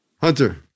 Hunter